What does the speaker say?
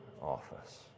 office